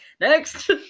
Next